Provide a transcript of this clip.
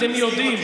אתם יודעים,